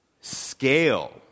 scale